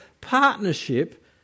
partnership